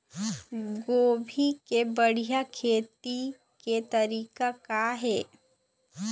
गोभी के बढ़िया खेती के तरीका का हे?